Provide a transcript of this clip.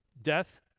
Death